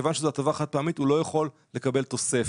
כיוון שזו הטבה חד פעמית הוא לא יכול לקבל תוספת.